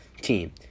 team